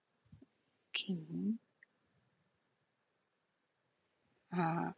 okay ah